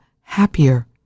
happier